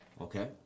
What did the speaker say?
Okay